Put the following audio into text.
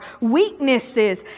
weaknesses